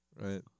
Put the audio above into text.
right